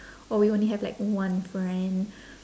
or we only have like one friend